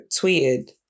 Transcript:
tweeted